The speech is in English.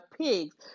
pigs